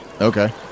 Okay